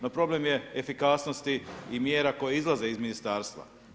No problem je efikasnosti i mjera koje izlaze iz Ministarstva.